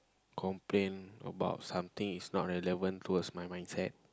complain about something is not relevant towards my mindset